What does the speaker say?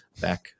back